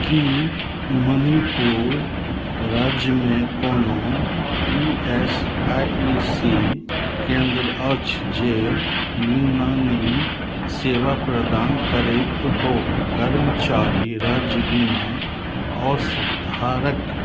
की मणिपुर राज्यमे कोनो E S I E C केंद्र अछि जे यूनानी सेवा प्रदान करैत हो कर्मचारी राज्य बीमा औषधारक